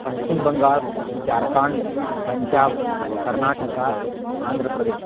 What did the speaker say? Paschim Bangala Jharkhand Punjab Karnataka Andhra Pradesh